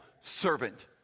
servant